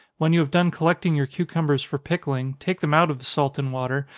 when you have done collecting your cucumbers for pickling, take them out of the salt and water,